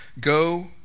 go